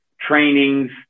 trainings